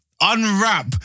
unwrap